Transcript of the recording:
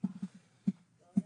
אות ופסיק שאמרה חברת הכנסת נירה שפק.